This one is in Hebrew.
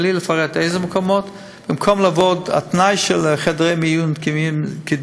בלי לפרט אילו מקומות התנאי של חדרי מיון קדמיים